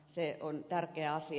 se on tärkeä asia